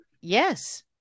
Yes